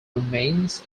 remains